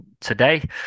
today